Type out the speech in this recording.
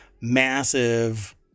massive